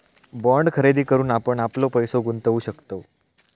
bond खरेदी करून आपण आपलो पैसो गुंतवु शकतव